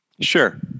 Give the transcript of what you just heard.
Sure